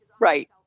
Right